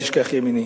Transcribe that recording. תשכח ימיני.